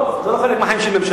לא, זה לא חלק מהחיים של ממשלה.